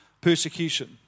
persecution